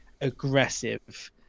aggressive